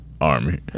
Army